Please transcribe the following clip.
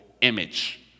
image